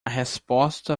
resposta